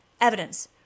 evidence